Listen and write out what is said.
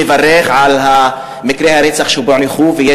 אני מברך על מקרי הרצח שפוענחו,